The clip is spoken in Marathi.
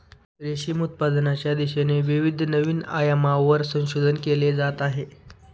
रेशीम उत्पादनाच्या दिशेने विविध नवीन आयामांवर संशोधन केले जात आहे